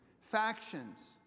factions